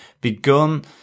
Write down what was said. begun